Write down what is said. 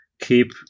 keep